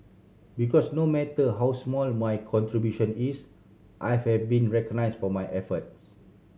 because no matter how small my contribution is I have been recognised for my efforts